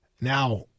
Now